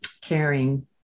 caring